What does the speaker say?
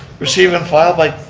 receive and file by